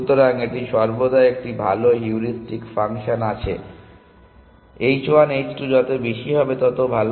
সুতরাং এটি সর্বদা একটি ভাল হিউরিস্টিক ফাংশন আছে স্থান h 1 h 2 যত বেশি হবে তত ভালো